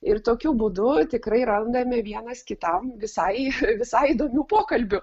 ir tokiu būdu tikrai randame vienas kitam visai visai įdomių pokalbių